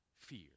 fear